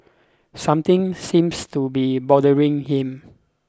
something seems to be bothering him